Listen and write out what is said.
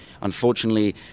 Unfortunately